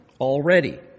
already